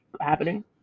happening